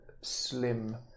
slim